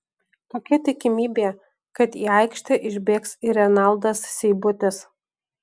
kokia tikimybė kad į aikštę išbėgs ir renaldas seibutis